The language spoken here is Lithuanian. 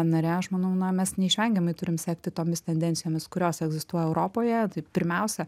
nare aš manau na mes neišvengiamai turim sekti tomis tendencijomis kurios egzistuoja europoje tai pirmiausia